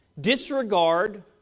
disregard